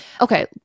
Okay